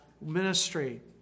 ministry